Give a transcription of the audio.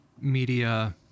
media